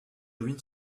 ruines